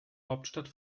hauptstadt